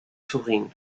sorrindo